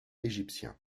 égyptien